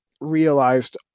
realized